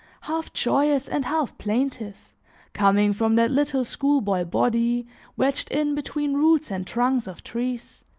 half-joyous and half-plaintive, coming from that little schoolboy body wedged in between roots and trunks of trees,